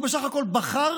הוא בסך הכול בחר